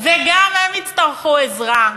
וגם הם יצטרכו עזרה.